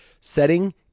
setting